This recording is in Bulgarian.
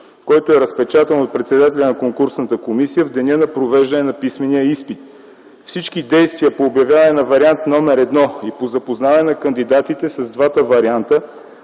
който е разпечатан от председателя на конкурсната комисия в деня на провеждане на писмения изпит. Всички действия по обявяване на Вариант № 1 и по запознаване на кандидатите с двата варианта